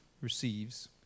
receives